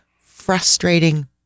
frustrating